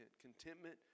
Contentment